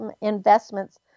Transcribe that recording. investments